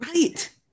Right